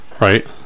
right